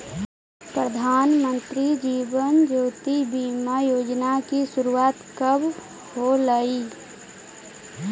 प्रधानमंत्री जीवन ज्योति बीमा योजना की शुरुआत कब होलई